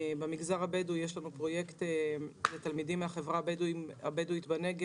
במגזר הבדואי יש לנו פרויקט לתלמידים מן החברה הבדואית בנגב,